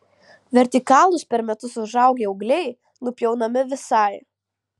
vertikalūs per metus užaugę ūgliai nupjaunami visai